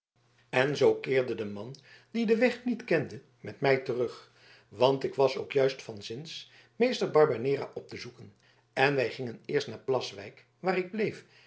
en zoo keerde de man die den weg niet kende met mij terug want ik was ook juist van zins meester barbanera op te zoeken en wij gingen eerst naar plaswijk waar ik bleef